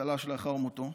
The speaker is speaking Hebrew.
צל"ש לאחר מותו.